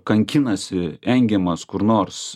kankinasi engiamas kur nors